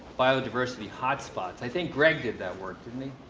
biodiversity hotspots. i think greg did that work, didn't he?